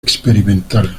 experimental